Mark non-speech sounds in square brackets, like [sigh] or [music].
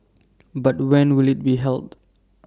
[noise] but when will IT be held